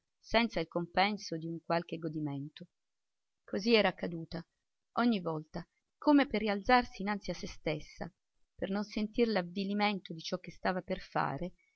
senza il compenso di qualche godimento così era caduta ogni volta come per rialzarsi innanzi a se stessa per non sentir l'avvilimento di ciò che stava per fare